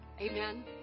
Amen